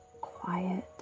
quiet